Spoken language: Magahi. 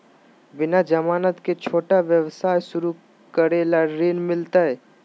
बिना जमानत के, छोटा व्यवसाय शुरू करे ला ऋण मिलतई?